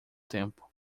tempo